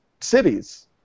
cities